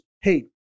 Hey